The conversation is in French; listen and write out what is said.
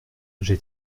j’ai